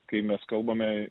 kai mes kalbame